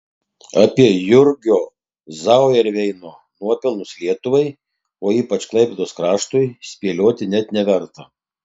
apie jurgio zauerveino nuopelnus lietuvai o ypač klaipėdos kraštui spėlioti net neverta